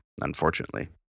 unfortunately